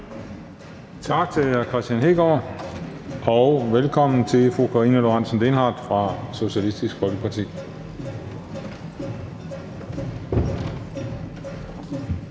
Tak til hr. Kristian Hegaard, og velkommen til fru Karina Lorentzen Dehnhardt fra Socialistisk Folkeparti.